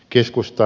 keskusta